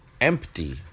empty